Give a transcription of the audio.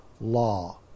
law